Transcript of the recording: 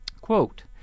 Quote